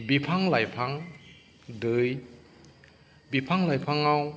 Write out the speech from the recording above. बिफां लाइफां दै बिफां लाइफांआव